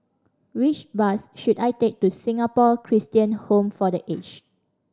which bus should I take to Singapore Christian Home for The Aged